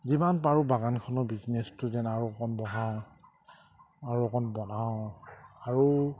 যিমান পাৰোঁ বাগানখনৰ বিজনেছটো যেন আৰু অকণ বহাও আৰু অকণ বনাওঁ আৰু